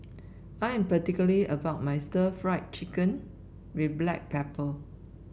I am particular about my Stir Fried Chicken with Black Pepper